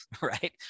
right